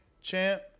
champ